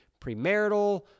premarital